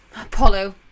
Apollo